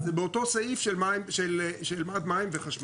כן, זה באותו סעיף של מד מים וחשמל.